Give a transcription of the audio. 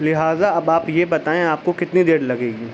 لہٰذا اب آپ یہ بتائیں آپ کو کتنی دیر لگے گی